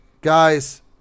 guys